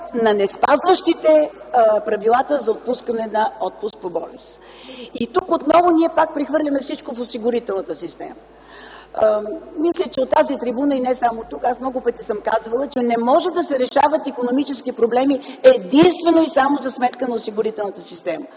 на неспазващите правилата за отпускане на отпуск по болест. Тук отново прехвърляме всичко на осигурителната система. Мисля, че от тази трибуна, а и не само тук, аз много пъти съм казвала, че не могат да се решават икономически проблеми единствено и само за сметка на осигурителната система.